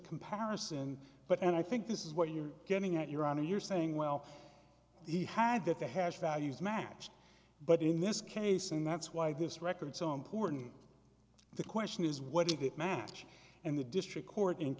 comparison but and i think this is what you're getting at your i mean you're saying well he had that the hash values match but in this case and that's why this record so important the question is what did it match and the district court